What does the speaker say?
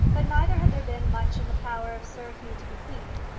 but neither had there been much in the power of sir hugh to bequeath,